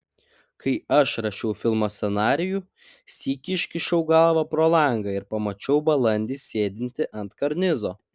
kai aš rašiau filmo scenarijų sykį iškišau galvą pro langą ir pamačiau balandį sėdintį ant karnizo